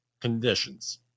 conditions